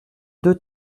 deux